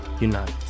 unite